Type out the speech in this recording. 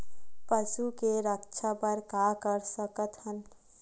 पशु के रक्षा बर का कर सकत हन?